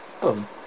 Boom